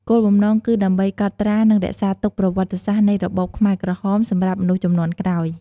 គោលបំំណងគឺ ដើម្បីកត់ត្រា និងរក្សាទុកប្រវត្តិសាស្ត្រនៃរបបខ្មែរក្រហមសម្រាប់មនុស្សជំនាន់ក្រោយ។